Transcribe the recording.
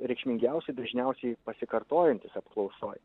reikšmingiausi dažniausiai pasikartojantys apklausoj